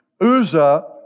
Uzzah